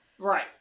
Right